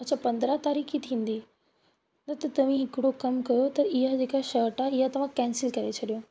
अच्छा पंद्रहं तारीख़ ई थींदी न त तव्हां हिकिड़ो कमु कयो त इहा जेका शर्ट आहे ईअं तव्हां कैंसिल करे छॾियो